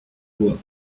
bois